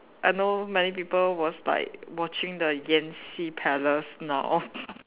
I know many people was like watching the Yanxi palace now